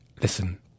Listen